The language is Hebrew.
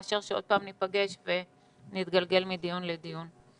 מאשר שעוד פעם ניפגש ונתגלגל מדיון לדיון.